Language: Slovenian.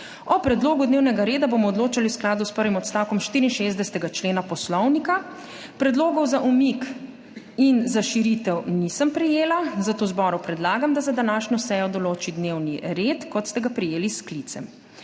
O predlogu dnevnega reda bomo odločali v skladu s prvim odstavkom 64. člena Poslovnika. Predlogov za umik in za širitev nisem prejela, zato zboru predlagam, da za današnjo sejo določi dnevni red, kot ste ga prejeli s sklicem.